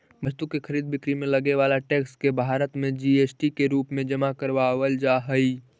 वस्तु के खरीद बिक्री में लगे वाला टैक्स के भारत में जी.एस.टी के रूप में जमा करावल जा हई